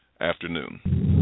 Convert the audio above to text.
afternoon